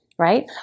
Right